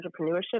entrepreneurship